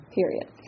Period